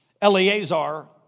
Eleazar